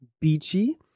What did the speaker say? beachy